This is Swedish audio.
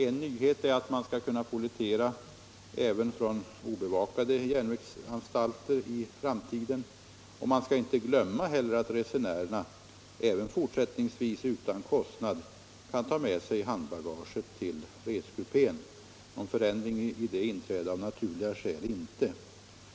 En nyhet är sålunda att man i framtiden skall kunna pollettera även från obevakade järnvägsstationer. Man skall inte heller glömma att resenärerna även fort sättningsvis utan kostnad kan ta med sig handbagaget till kupén. Någon förändring där görs av naturliga skäl inte.